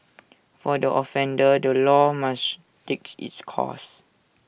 for the offender the law must take its course